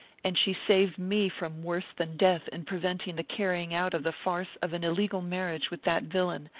and she saved me from worse than death in preventing the carrying out of the farce of an illegal marriage with that villain,